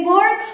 Lord